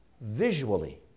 visually